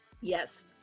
Yes